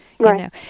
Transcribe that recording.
Right